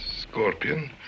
scorpion